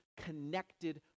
connected